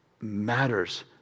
matters